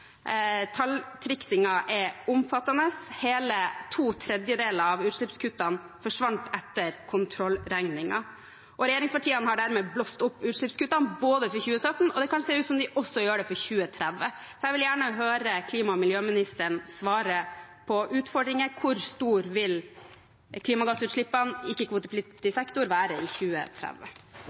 er omfattende – hele to tredjedeler av utslippskuttene forsvant etter kontrollregningen. Regjeringspartiene har dermed blåst opp utslippskuttene for 2017, og det kan se ut som de gjør det også for 2030. Jeg vil gjerne høre klima- og miljøministeren svare på utfordringen: Hvor store vil klimagassutslippene i ikke-kvotepliktig sektor være i 2030?